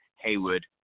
Haywood